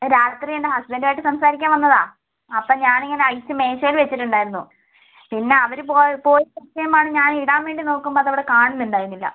രാത്രി എൻ്റെ ഹസ്ബൻഡുമായിട്ട് സംസാരിക്കാൻ വന്നതാണ് അപ്പം ഞാനിങ്ങനെ അഴിച്ച് മേശയിൽ വെച്ചിട്ടുണ്ടായിരുന്നു പിന്നെ അവര് പോയ് പോയി കഴിഞ്ഞശേഷമാണ് ഞാൻ ഇടാൻ വേണ്ടി നോക്കുമ്പോൾ അത് അവിടെ കാണുന്നുണ്ടായിരുന്നില്ല